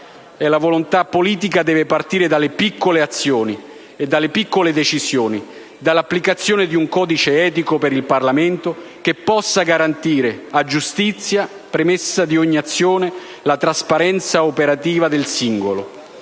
la volontà politica deve partire dalle piccole azioni e dalle piccole decisioni, dall'applicazione di un codice etico per il Parlamento che possa garantire - a giusta premessa di ogni azione - la trasparenza operativa del singolo.